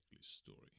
story